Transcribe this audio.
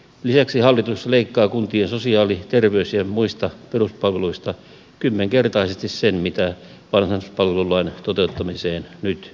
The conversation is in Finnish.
lisäksi hallitus leikkaa kuntien sosiaali terveys ja muista peruspalveluista kymmenkertaisesti sen mitä vanhuspalvelulain toteuttamiseen nyt luvataan